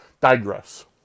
digress